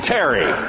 Terry